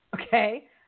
okay